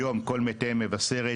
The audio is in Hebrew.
היום כל מתי מבשרת,